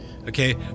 okay